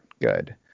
good